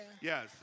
Yes